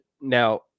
Now